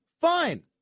fine